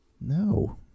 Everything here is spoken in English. No